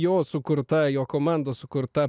jo sukurta jo komandos sukurta